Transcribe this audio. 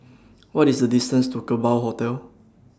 What IS The distance to Kerbau Hotel